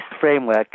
framework